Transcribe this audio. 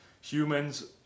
humans